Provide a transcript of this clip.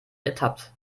ertappt